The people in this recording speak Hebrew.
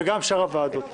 וגם שאר הוועדות.